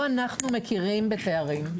לא אנחנו מכירים בתארים.